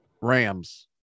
rams